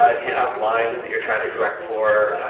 ah if you have lines that you're trying to correct for,